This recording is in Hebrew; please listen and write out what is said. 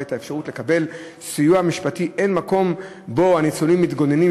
את האפשרות לקבל סיוע משפטי הן במקום שבו הניצולים מתגוננים,